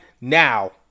now